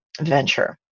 venture